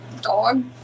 dog